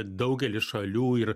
daugelis šalių ir